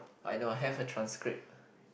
I know I have a transcript